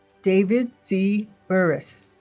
david c. burris